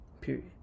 Period